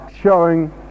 showing